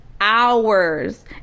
hours